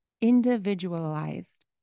individualized